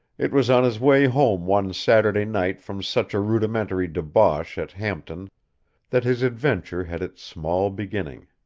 it was on his way home one saturday night from such a rudimentary debauch at hampton that his adventure had its small beginning.